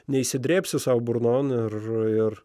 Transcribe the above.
neįsidrėbsi sau burnon ir